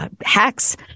hacks